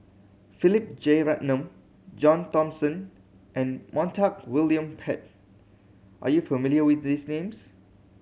Philip Jeyaretnam John Thomson and Montague William Pett are you familiar with these names